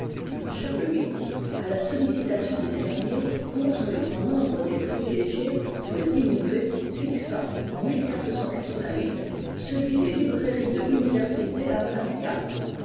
charles viii à la sollicitation des fermiers contre le grand nombre des privilégiés pour le diminuer fixa en celui des librairies de l'université à